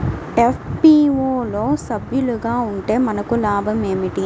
FPO లో సభ్యులుగా ఉంటే మనకు లాభం ఏమిటి?